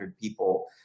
people